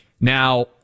Now